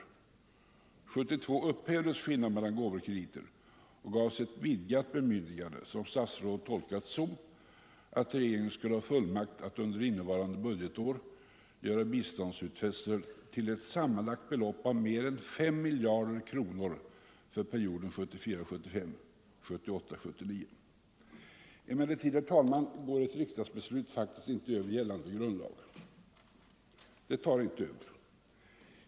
År 1972 upphävdes skillnaden mellan gåvor och krediter och gavs ett vidgat bemyndigande, som statsrådet har tolkat så att regeringen skulle ha fullmakt att under innevarande budgetår göra biståndsutfästelser till ett sammanlagt belopp av mer än 5 miljarder kronor för perioden 1974 79. Ett riksdagsbeslut tar emellertid faktiskt inte över gällande grundlag.